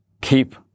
keep